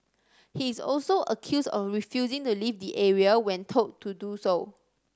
he is also accused of refusing to leave the area when told to do so